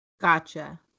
Gotcha